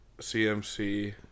CMC